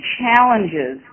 challenges